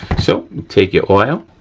so, take your oil,